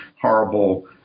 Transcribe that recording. horrible